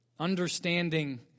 Understanding